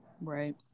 Right